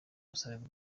busabe